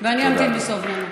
ואני אמתין בסבלנות.